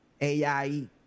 ai